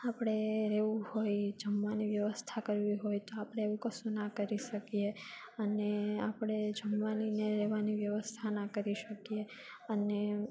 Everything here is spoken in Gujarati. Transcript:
આપણે રહેવું હોય જમવાની વ્યવસ્થા કરવી હોય તો આપણે એવું કશું ના કરી શકીએ અને આપણે જમવાની ને રહેવાની વ્યવસ્થા ના કરી શકીએ અને